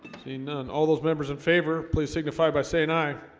seen on all those members in favor please signify by saying aye